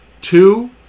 Two